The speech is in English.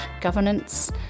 governance